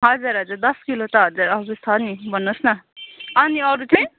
हजुर हजुर दस किलो त हजुर छ नि भन्नुहोस् न अनि अरू चाहिँ